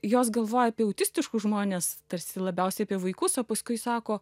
jos galvoja apie autistiškus žmones tarsi labiausiai apie vaikus o paskui sako